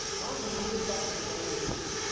tell us a little bit about the design of your suit.